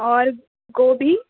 اور گوبھی